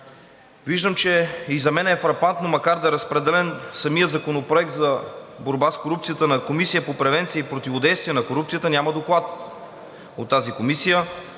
Виждам, и за мен е фрапантно, макар да е разпределен самият Законопроект за борба с корупцията на Комисията по превенция и противодействие на корупцията, няма доклад от тази комисия.